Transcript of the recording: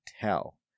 tell